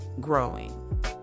growing